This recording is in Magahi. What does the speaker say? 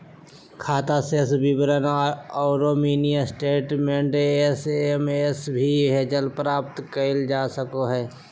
खाता शेष विवरण औरो मिनी स्टेटमेंट एस.एम.एस भी भेजकर प्राप्त कइल जा सको हइ